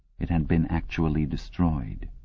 it had been actually destroyed.